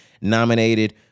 nominated